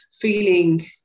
feeling